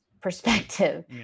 perspective